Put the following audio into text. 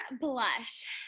blush